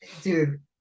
Dude